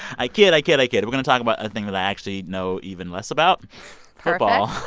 i kid, i kid, i kid. we're going to talk about a thing that i actually know even less about football